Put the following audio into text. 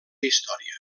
història